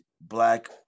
Black